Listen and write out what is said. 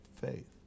faith